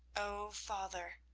o father,